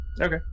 Okay